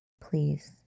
Please